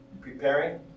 Preparing